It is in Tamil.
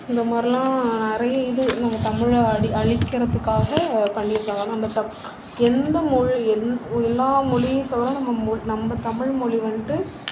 இந்த மாதிரிலாம் நிறைய இது நம்ம தமிழ் ஆடி அழிக்கிறதுக்காக பண்ணியிருக்காங்க ஆனால் எந்த மொழி எல்லா மொழியும் சொல்லலாம் நம்ம மொழி தமிழ்மொழி வந்துகிட்டு